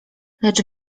lecz